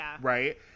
Right